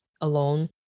alone